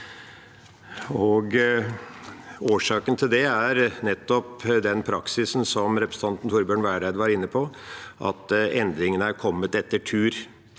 Årsaken til det er nettopp den praksisen som representanten Torbjørn Vereide var inne på, at endringene er kommet etter tur.